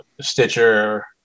Stitcher